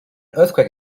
earthquake